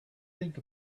think